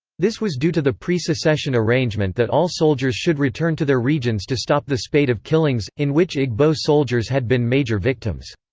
this was due to the pre-secession arrangement that all soldiers should return to their regions to stop the spate of killings, in which igbo soldiers had been major victims.